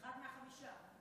אחד מהחמישה.